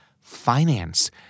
Finance